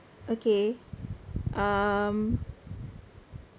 okay um